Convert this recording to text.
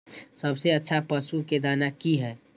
सबसे अच्छा पशु के दाना की हय?